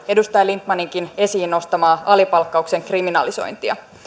edustaja lindtmaninkin esiin nostamaa alipalkkauksen kriminalisointia